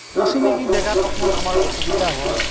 অচিনাকি জেগাত অকণমান আমাৰ অসুবিধা হয়